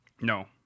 No